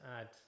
add